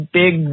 big